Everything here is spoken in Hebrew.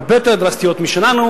הרבה יותר דרסטיות משלנו,